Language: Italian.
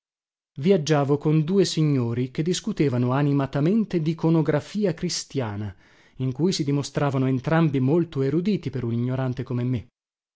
viaggiavo con due signori che discutevano animatamente diconografia cristiana in cui si dimostravano entrambi molto eruditi per un ignorante come me